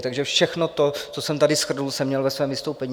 Takže všechno to, co jsem tady shrnul, jsem měl ve svém vystoupení.